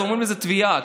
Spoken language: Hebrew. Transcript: אומרים שזאת תביעה,